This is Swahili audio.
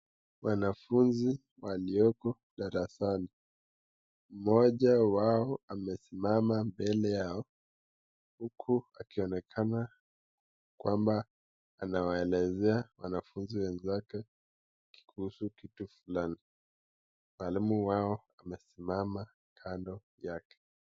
Wanafunzi walioko darasani mmoja wao amesimama mbele yao huku akionekana kwamba anawaelezea wanafunzi wenzake kuhusu kitu fulani mwalimu wao amesimama kando yake.